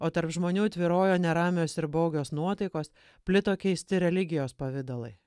o tarp žmonių tvyrojo neramios ir baugios nuotaikos plito keisti religijos pavidalai